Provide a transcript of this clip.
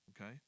okay